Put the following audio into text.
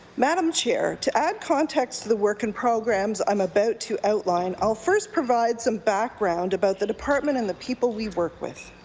madam chair to add context to the work and programs i'm about to outline, i'll first provide some background about the department and the people we work with.